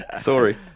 Sorry